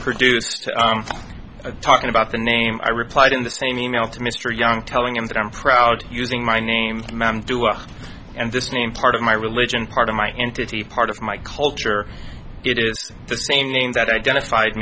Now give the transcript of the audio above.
produced a talking about the name i replied in the same e mail to mr young telling him that i'm proud to using my name ma'am do i and this name part of my religion part of my entity part of my culture it is the same name that identified